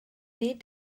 nid